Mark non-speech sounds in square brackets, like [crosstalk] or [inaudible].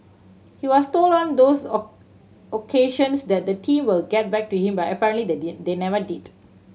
he was told on those [unintelligible] occasions that the team will get back to him but apparently they did they never did